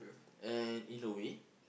and in a way